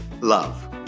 Love